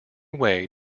way